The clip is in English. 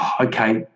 Okay